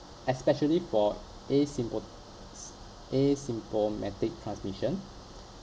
especially for asympo~ s~ asymptomatic transmission